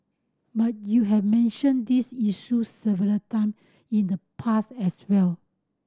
but you have mentioned these issues several time in the past as well